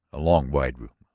a long, wide room,